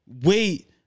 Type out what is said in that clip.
wait